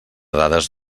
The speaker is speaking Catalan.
dades